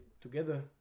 together